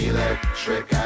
Electric